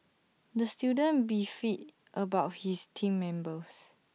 the student beefed about his Team Members